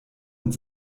und